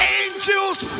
angels